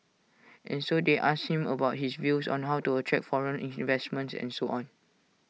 and so they asked him about his views on how to attract foreign investments and so on